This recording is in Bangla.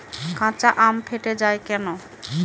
কাঁচা আম ফেটে য়ায় কেন?